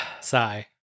Sigh